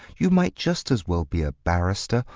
you might just as well be a barrister,